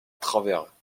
travers